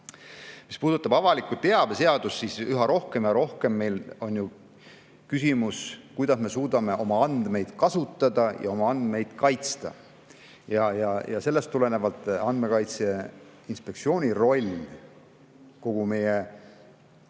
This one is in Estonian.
Mis puudutab avaliku teabe seadust, siis üha rohkem ja rohkem on meil küsimus, kuidas me suudame oma andmeid kasutada ja neid kaitsta. Ja sellest tulenevalt Andmekaitse Inspektsiooni roll kogu meie